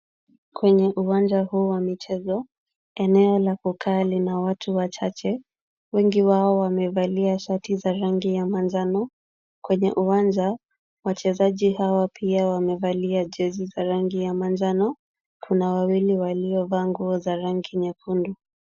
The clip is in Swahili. Kwenye uwanja huu wa michezo, eneo la kukaa lina watu wachache. Wengi wao wamevalia shati za rangi ya manjano. Kwenye uwanja, wachezaji hawa pia wamevalia jezi za rangi ya manjano. Kuna wawili waliovaa nguo za rangi nyekundu.